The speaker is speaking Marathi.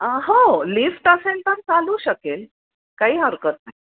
हो लिफ्ट असेन तर चालू शकेल काही हरकत नाही